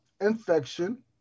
infection